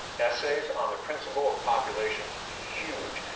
essays on the principle of population. huge.